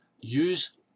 Use